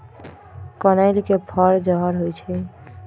कनइल के फर जहर होइ छइ